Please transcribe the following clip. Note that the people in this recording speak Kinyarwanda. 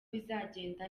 bizagenda